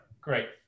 Great